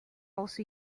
also